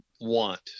want